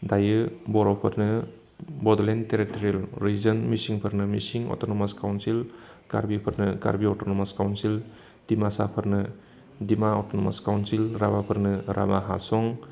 दायो बर'फोरनो Bodoland territorial region मिसिंफोरनो मिसिं अट'नमास काउन्सिल कार्बिफोरनो कार्बि अट'नमास काउन्सिल डिमासाफोरनो डिमा अट'नमास काउन्सिल राभाफोरनो राभाहासं